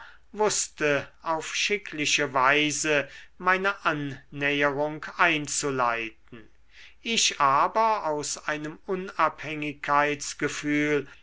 wußte auf schickliche weise meine annäherung einzuleiten ich aber aus einem